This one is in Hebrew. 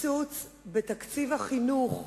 קיצוץ בתקציב החינוך,